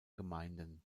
gemeinden